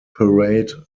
parade